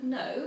no